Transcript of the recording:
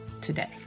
today